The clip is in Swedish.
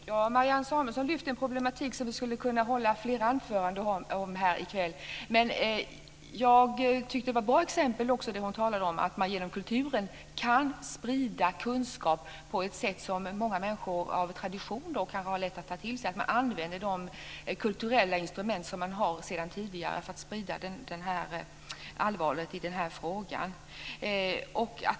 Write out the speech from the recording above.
Fru talman! Marianne Samuelsson lyfte fram en problematik som vi skulle kunna hålla flera anföranden om här i kväll. Jag tycker att hon visade på ett bra exempel på att man genom kulturen kan sprida kunskap på ett sätt som många människor kan ha lätt att ta till sig. Man kan använda de traditionella kulturella instrument som man sedan tidigare har för att sprida kunskapen om allvaret i den här frågan.